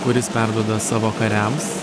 kuris perduoda savo kariams